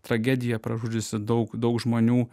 tragedija pražudžiusi daug daug žmonių